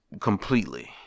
completely